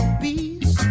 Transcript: peace